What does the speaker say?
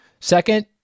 Second